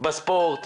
בספורט,